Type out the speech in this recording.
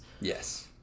yes